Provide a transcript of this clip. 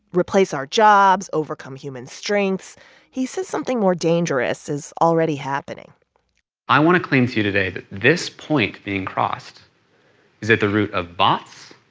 replace our jobs, overcome human strengths he says something more dangerous is already happening i want to claim to you today that this point being crossed is at the root of bots,